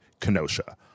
Kenosha